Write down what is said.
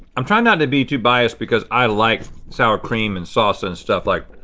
i'm trying not to be too biased because i like sour cream and salsa and stuff like,